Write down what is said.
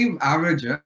average